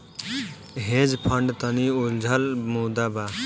hedge fund तनि उलझल मुद्दा बा